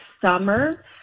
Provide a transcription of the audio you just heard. Summer